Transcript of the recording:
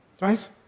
right